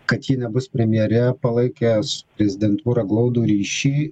kad ji nebus premjere palaikęs prezidentūra glaudų ryšį